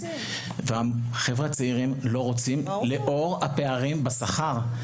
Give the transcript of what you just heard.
והחברה הצעירים לא רוצים לאור הפערים בשכר.